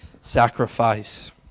sacrifice